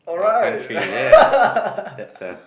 our country yes that's a